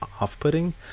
off-putting